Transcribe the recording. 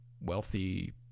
wealthy